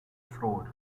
fraud